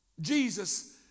Jesus